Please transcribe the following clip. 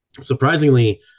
surprisingly